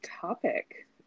topic